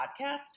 podcast